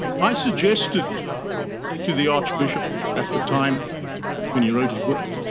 i suggested to the arch bishop at the time when he wrote his book